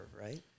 right